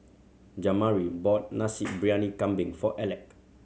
Jamari bought Nasi Briyani Kambing for Aleck